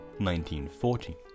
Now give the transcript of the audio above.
1940